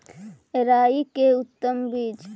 राई के उतम बिज?